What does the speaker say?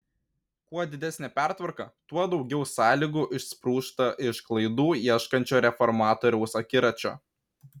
kuo didesnė pertvarka tuo daugiau sąlygų išsprūsta iš klaidų ieškančio reformatoriaus akiračio